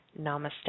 Namaste